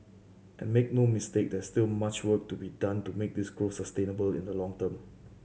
and make no mistake there's still much work to be done to make this growth sustainable in the long term